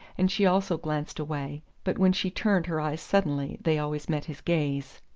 and she also glanced away but when she turned her eyes suddenly they always met his gaze.